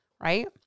right